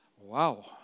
Wow